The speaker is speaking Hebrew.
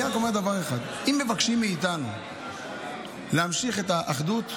אני רק אומר דבר אחד: אם מבקשים מאיתנו להמשיך את האחדות,